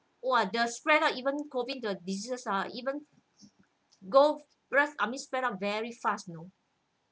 !wah! the spread out even COVID the diseases ah even go spread I mean spread out very fast you know